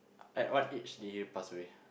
at what age did he passed away